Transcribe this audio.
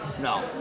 No